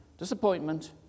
disappointment